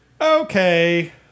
Okay